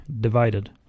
divided